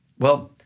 well,